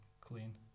clean